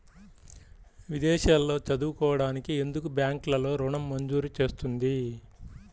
విదేశాల్లో చదువుకోవడానికి ఎందుకు బ్యాంక్లలో ఋణం మంజూరు చేస్తుంది?